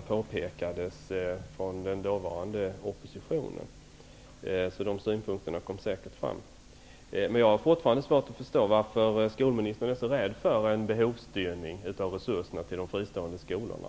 påpekades av den dåvarande oppositionen. Det behöver vi inte vara oroliga för. Synpunkterna kom säkert fram. Jag har fortfarande svårt att förstå varför skolministern är så rädd för en behovsstyrning av resurserna till de fristående skolorna.